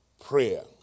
prayer